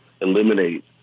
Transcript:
eliminate